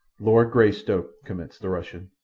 lord greystoke, commenced the russian,